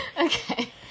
okay